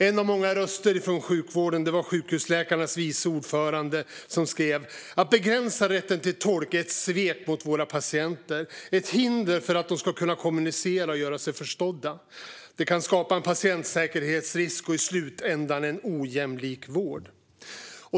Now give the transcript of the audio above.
En av många röster från sjukvården var Sjukhusläkarnas andre vice ordförande, som skrev: "Att begränsa rätten till tolk är ett svek mot våra patienter - ett hinder för att de ska kunna kommunicera och göra sig förstådda. Det kan skapa en patientsäkerhetsrisk och i slutändan en ojämlik vård."